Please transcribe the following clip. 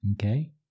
Okay